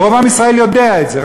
ורוב עם ישראל יודע את זה,